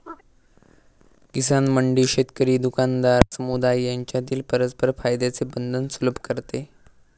किसान मंडी शेतकरी, दुकानदार, समुदाय यांच्यातील परस्पर फायद्याचे बंधन सुलभ करते